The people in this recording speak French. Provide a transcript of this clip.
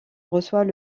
reçoit